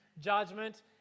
judgment